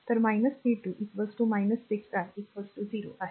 तर v 2 6 i 0 आहे